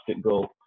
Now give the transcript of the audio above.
goal